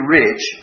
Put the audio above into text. rich